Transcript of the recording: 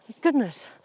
goodness